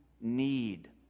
need